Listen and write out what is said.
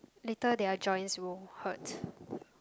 later their joints will hurt